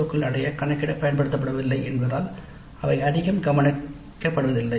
ஓக்கள் அடைய கணக்கிட பயன்படுத்தப்படவில்லை என்பதால் அவை அதிகம் கவனிக்கப்படுவதில்லை